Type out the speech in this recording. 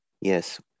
Yes